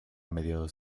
mediados